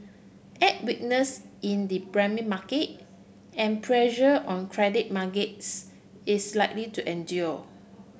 add weakness in the market and pressure on credit markets is likely to endure